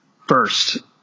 First